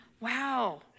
Wow